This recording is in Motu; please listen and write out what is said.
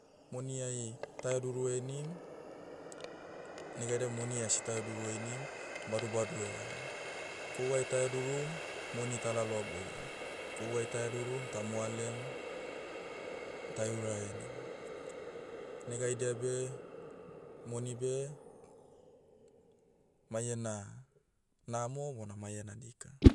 Moniai, taheduru henim, negaidia moni asi taheduru henim, badubadu evaram. Kohuai tahedurum, moni talaloa boiom. Kohuai tahedurum tamoalem, taiurahenim. Negaidia beh, moni beh, maiena, namo bona maiena dika.